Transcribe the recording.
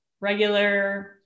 regular